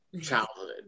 childhood